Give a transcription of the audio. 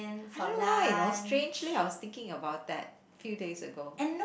I don't know why you know strangely I was thinking about that few days ago